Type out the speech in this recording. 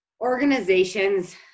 organizations